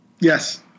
Yes